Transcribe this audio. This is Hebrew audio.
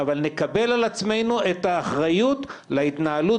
אבל נקבל על עצמנו את האחריות להתנהלות